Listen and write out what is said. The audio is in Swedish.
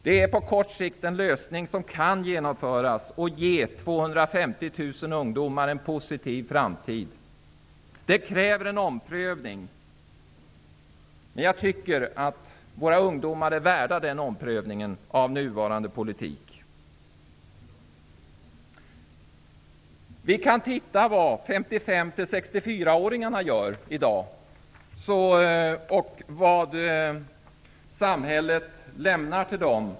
Det skulle på kort sikt kunna vara en genomförbar lösning, som skulle ge 250 000 ungdomar en positiv framtid. Detta kräver en omprövning, men jag tycker att våra ungdomar är värda en omprövning av nuvarande politik. Vi kan se på vad 55--64-åringarna gör i dag och vad samhället lämnar till dem.